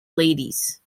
ladies